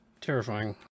terrifying